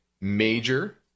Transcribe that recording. major